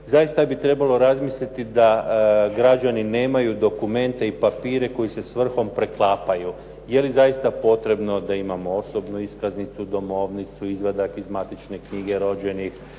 zaista bi trebalo razmisliti da građani nemaju dokumente i papire koji se svrhom preklapaju. Je li zaista potrebno da imamo osobnu iskaznicu, domovnicu, izvadak iz matična knjige rođenih,